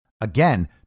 Again